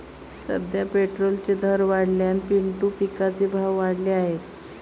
सध्या पेट्रोलचे दर वाढल्याने पिंटू पिकाचे भाव वाढले आहेत